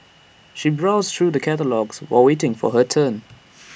she browsed through the catalogues while waiting for her turn